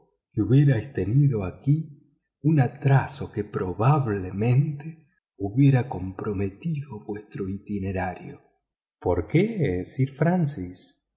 que hubiérais tenido aquí un atraso que probablemente hubiera comprometido vuestro itinerario por qué sir francis